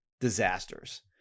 disasters